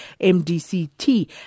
MDCT